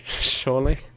surely